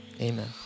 Amen